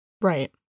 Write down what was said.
right